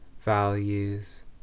values